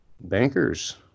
bankers